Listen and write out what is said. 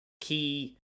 key